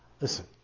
Listen